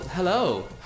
Hello